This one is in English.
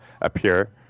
appear